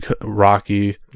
Rocky